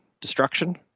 destruction